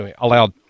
allowed